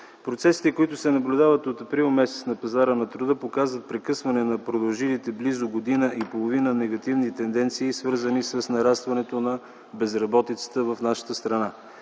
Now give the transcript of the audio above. Процесите, които се наблюдават от м. април на пазара на труда, показват прекъсване на продължилите близо година и половина негативни тенденции, свързани с нарастването на безработицата в нашата страна.